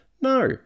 No